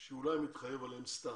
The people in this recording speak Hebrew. שהוא לא היה מתחייב עליהם סתם.